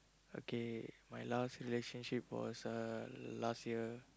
okay my last relationship was uh last year